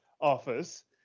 office